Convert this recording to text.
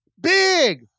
big